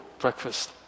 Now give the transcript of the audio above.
breakfast